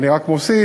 ואני רק מוסיף